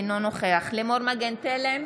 אינו נוכח לימור מגן תלם,